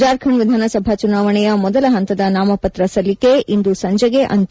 ಜಾರ್ಖಂಡ್ ವಿಧಾನಸಭಾ ಚುನಾವಣೆಯ ಮೊದಲ ಹಂತದ ನಾಮಪತ್ರ ಸಲ್ಲಿಕೆ ಇಂದು ಸಂಜೆಗೆ ಅಂತ್ಯ